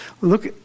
Look